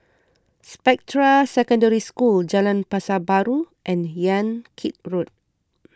Spectra Secondary School Jalan Pasar Baru and Yan Kit Road